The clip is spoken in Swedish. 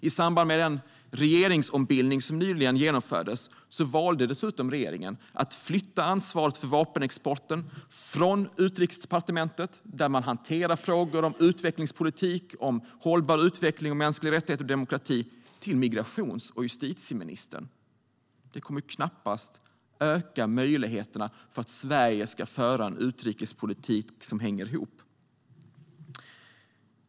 I samband med den regeringsombildning som nyligen genomfördes valde dessutom regeringen att flytta ansvaret för vapenexporten från Utrikesdepartementet, där man hanterar frågor om utvecklingspolitik, hållbar utveckling, mänskliga rättigheter och demokrati, till migrations och justitieministern. Det kommer knappast att öka möjligheterna för att Sverige ska föra en utrikespolitik som hänger ihop.